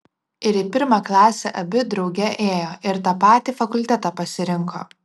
ir į pirmą klasę abi drauge ėjo ir tą patį fakultetą pasirinko